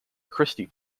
christie